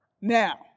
Now